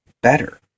better